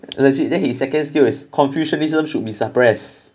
legit then his second skill is confucianism should be suppressed